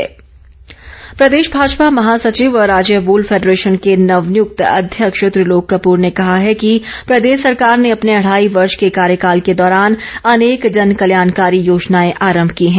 त्रिलोक कपूर प्रदेश भाजपा महासचिव व राज्य वूल फैडरेशन के नवनियुक्त अध्यक्ष त्रिलोक कपूर ने कहा है कि प्रदेश सरकार ने अपने अढ़ाई वर्ष के कार्यकाल के दौरान अनेक जनकल्याणकारी योजनाए आरम की हैं